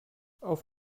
auf